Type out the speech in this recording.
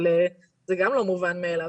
אבל זה גם לא עניין שהוא מובן מאליו,